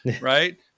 right